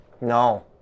No